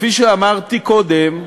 כפי שאמרתי קודם,